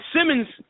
Simmons